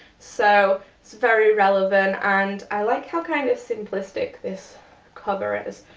so, it's very relevant and i like how kind of simplistic this cover is.